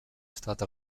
stata